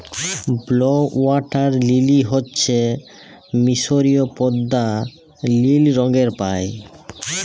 blue water lily হচ্যে মিসরীয় পদ্দা লিল রঙের পায়